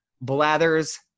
Blathers